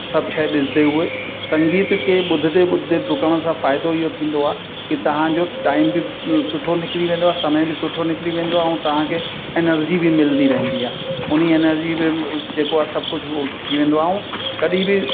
सभु शइ ॾिसंदे हुए संगीत खे ॿुधदे ॿुधदे डुकण सां फ़ाइदो हो थींदो आहे की तव्हांजो टाइम बि सुठो निकिरी वेंदो आहे समय बि सुठो निकिरी वेंदो आहे ऐं तव्हांखे एनर्जी बि मिलंदी रहंदी आहे उन एनर्जी में जेको आहे सभु कुझु उहो थी वेंदो आहे ऐं कॾहिं बि